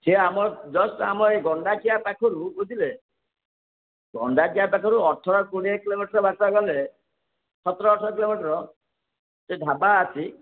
ସେ ଆମର ଜଷ୍ଟ ଆମ ଏଇ ଗଣ୍ଡାଖିଆ ପାଖରୁ ବୁଝିଲେ ଗଣ୍ଡାଖିଆ ପାଖରୁ ଅଠର କୋଡ଼ିଏ କିଲୋମିଟର ବାଟ ଗଲେ ସତର ଅଠର କିଲୋମିଟର ସେ ଢ଼ାବା ଅଛି